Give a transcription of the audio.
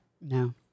no